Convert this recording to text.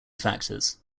factors